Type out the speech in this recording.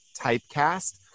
typecast